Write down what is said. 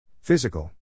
Physical